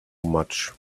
much